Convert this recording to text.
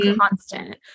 constant